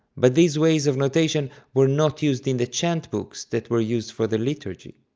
but these ways of notation were not used in the chant books that were used for the liturgy.